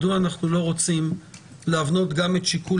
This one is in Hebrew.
מדוע אנחנו לא רוצים להבנות גם את שיקול